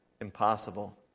impossible